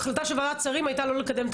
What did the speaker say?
ההחלטה של ועדת השרים הייתה לא לקדם את